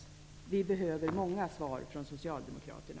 Vi behöver många svar från Socialdemokraterna.